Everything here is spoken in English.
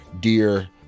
deer